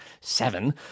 seven